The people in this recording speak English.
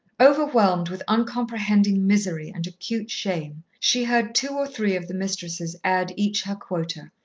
overwhelmed with uncomprehending misery and acute shame, she heard two or three of the mistresses add each her quota,